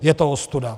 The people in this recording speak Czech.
Je to ostuda.